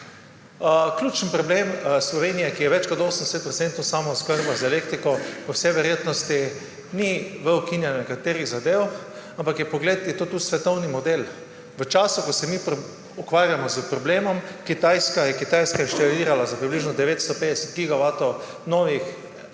Ključen problem Slovenije, ki je več kot 80 % samooskrba z elektriko, po vsej verjetnosti ni v ukinjanju nekaterih zadev, ampak je to tudi svetovni model. V času, ko se mi ukvarjamo s problemom, je Kitajska inštalirala za približno 950